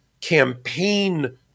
campaign